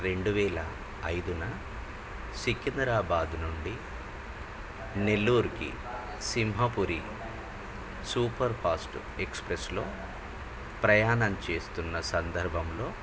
రెండు వేల ఐదున సికింద్రాబాద్ నుండి నెల్లూర్కి సింహపూరి సూపర్ ఫాస్ట్ ఎక్స్ప్రెస్లో ప్రయాణం చేస్తున్న సందర్భంలో